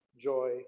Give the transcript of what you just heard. joy